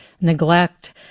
neglect